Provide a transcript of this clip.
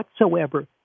whatsoever